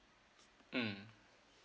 mm